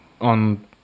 on